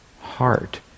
heart